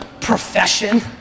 profession